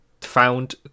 found